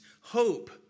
Hope